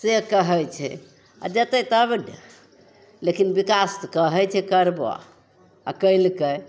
से कहै छै आओर देतै तब ने लेकिन विकास कहै छै करबऽ आओर कएलकै